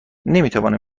نمیتوانم